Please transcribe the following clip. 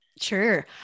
sure